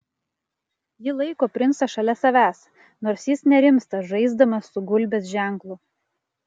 ji laiko princą šalia savęs nors jis nerimsta žaisdamas su gulbės ženklu